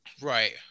Right